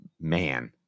man